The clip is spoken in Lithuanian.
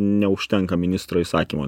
neužtenka ministro įsakymo